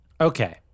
Okay